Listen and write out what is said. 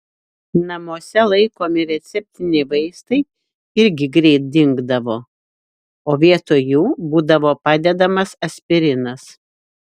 namuose laikomi receptiniai vaistai irgi greit dingdavo o vietoj jų būdavo padedamas aspirinas